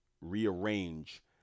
rearrange